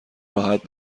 راحت